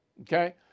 Okay